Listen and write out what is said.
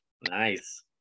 nice